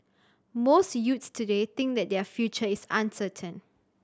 most youths today think that their future is uncertain